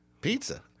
Pizza